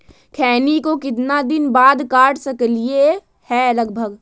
खैनी को कितना दिन बाद काट सकलिये है लगभग?